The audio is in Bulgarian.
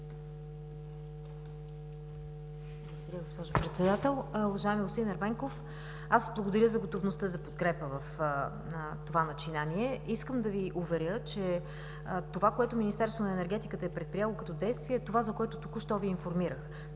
Благодаря, госпожо Председател. Уважаеми господин Ерменков, благодаря за готовността за подкрепа в това начинание. Искам да Ви уверя, че това, което Министерството на енергетиката е предприело като действие, е това, за което току-що Ви информирах.